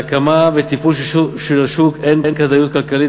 להקמה והתפעול של השוק אין כדאיות כלכלית